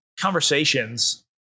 conversations